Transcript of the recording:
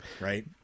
Right